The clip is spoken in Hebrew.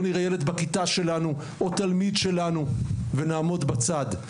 לא נראה ילד בכיתה שלנו או תלמיד שלנו ונעמוד בצד.